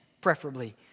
preferably